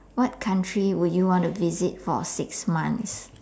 what country would you want to visit for six months